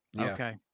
okay